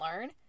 learn